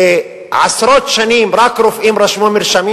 עשרות שנים רק רופאים רשמו מרשמים,